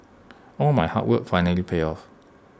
all my hard work finally paid off